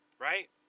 Right